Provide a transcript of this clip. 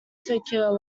tokyo